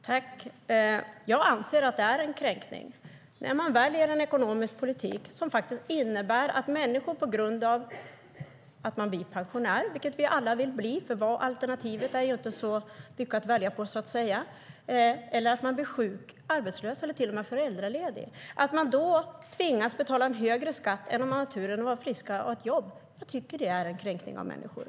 Herr talman! Jag anser att det är en kränkning. När ni väljer en ekonomisk politik som innebär att man på grund av att man blir pensionär - vilket vi alla vill bli, för alternativet är inte så mycket att välja - blir sjuk, arbetslös eller till och med föräldraledig tvingas betala en högre skatt än när man har turen att vara frisk och ha ett jobb tycker jag att det är en kränkning av människor.